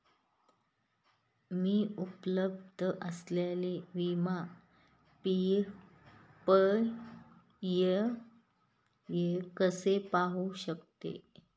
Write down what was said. मी उपलब्ध असलेले विमा पर्याय कसे पाहू शकते?